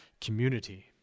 community